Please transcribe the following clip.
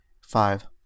five